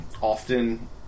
often